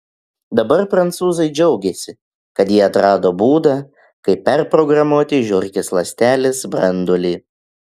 dabar prancūzai džiaugiasi kad jie atrado būdą kaip perprogramuoti žiurkės ląstelės branduolį